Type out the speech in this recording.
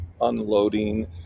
unloading